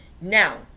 Now